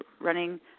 running